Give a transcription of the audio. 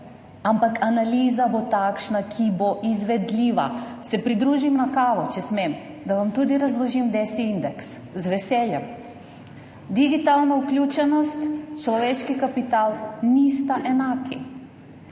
ampak analiza bo takšna, ki bo izvedljiva. Se pridružim na kavi, če smem, da vam tudi razložim DESI indeks, z veseljem. Digitalna vključenost in človeški kapital nista enaka.